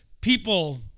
people